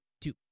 Two